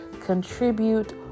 contribute